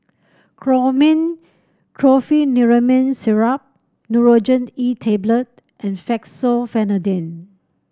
Chlormine Chlorpheniramine Syrup Nurogen E Tablet and Fexofenadine